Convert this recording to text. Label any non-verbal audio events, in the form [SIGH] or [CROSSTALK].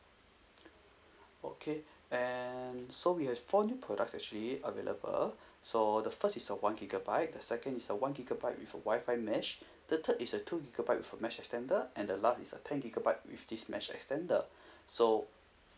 okay [BREATH] and so we has four new products actually available [BREATH] so the first is a one gigabyte the second is a one gigabyte with a WI-FI mesh the third is a two gigabyte for mesh extender and the last is a ten gigabyte with this mesh extender [BREATH] so